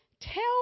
Tell